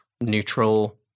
neutral